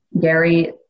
Gary